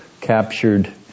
captured